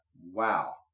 Wow